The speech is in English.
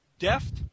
Deft